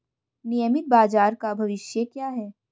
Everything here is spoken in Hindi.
नियमित बाजार का भविष्य क्या है?